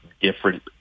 different